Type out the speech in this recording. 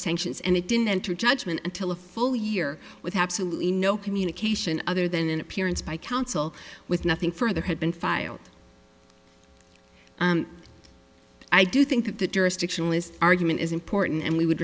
sanctions and it didn't enter judgment until a full year with absolutely no communication other than an appearance by counsel with nothing further had been filed i do think that jurisdictional list argument is important and we would